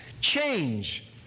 change